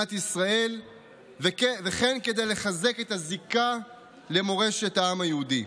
למדינת ישראל וכן כדי לחזק את הזיקה למורשת העם היהודי.